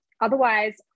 Otherwise